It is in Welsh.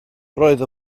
roedd